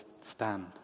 stand